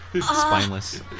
Spineless